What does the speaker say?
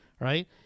right